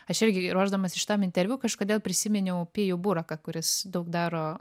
aš irgi ruošdamasi šitam interviu kažkodėl prisiminiau pijų buraką kuris daug daro